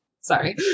Sorry